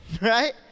right